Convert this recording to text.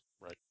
Right